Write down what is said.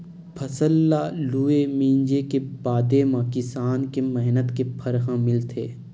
फसल ल लूए, मिंजे के बादे म किसान के मेहनत के फर ह मिलथे